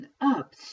up